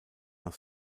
nach